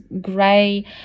gray